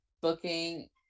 booking